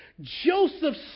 Joseph